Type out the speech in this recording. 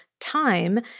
time